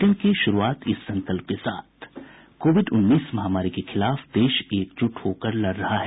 bulletin की शुरूआत से पहले ये संकल्प कोविड उन्नीस महामारी के खिलाफ देश एकजुट होकर लड़ रहा है